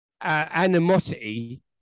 animosity